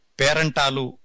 parentalu